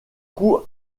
coups